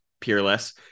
peerless